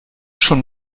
schon